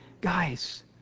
guys